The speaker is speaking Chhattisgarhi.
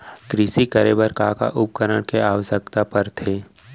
कृषि करे बर का का उपकरण के आवश्यकता परथे?